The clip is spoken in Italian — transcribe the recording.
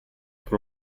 con